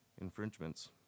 infringements